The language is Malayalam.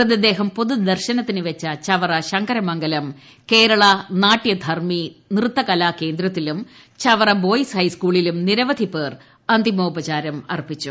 മൃതദേഹം പൊതുദർശനത്തിനു വച്ച ചവറ ശങ്കരമംഗലം കേരള നാട്യധർമ്മി നൃത്തകലാകേന്ദ്രത്തിലും ചവറ ബോയ്സ് ഹൈസ്കൂളിലും നിരവധിപ്പേർ അന്തിമോപചാരം അർപ്പിച്ചു